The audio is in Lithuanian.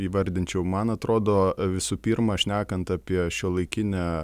įvardinčiau man atrodo visų pirma šnekant apie šiuolaikinę